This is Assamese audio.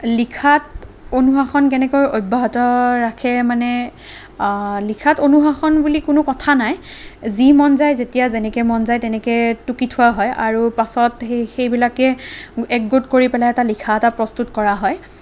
লিখাত অনুশাসন কেনেকৈ অব্যাহত ৰাখে মানে লিখাত অনুশাসন বুলি কোনো কথা নাই যি মই যায় যেতিয়া যেনেকৈ মন যায় তেনেকৈ টুকি থোৱা হয় আৰু পাছত সেই সেইবিলাকেই একগোট কৰি পেলাই লিখা এটা প্ৰস্তুত কৰা হয়